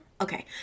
Okay